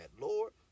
Lord